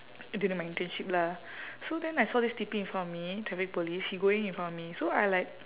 during my internship lah so then I saw this T_P in front of me traffic police he go in in front of me so I like